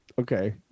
Okay